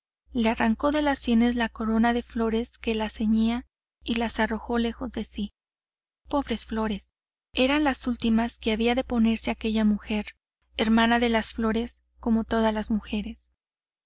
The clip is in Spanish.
le arrancó de las sienes la corona de flores que las ceñía y la arrojó lejos de sí pobres flores eran las últimas que había de ponerse aquella mujer hermana de las flores como todas las mujeres